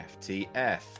FTF